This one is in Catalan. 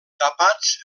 tapats